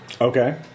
Okay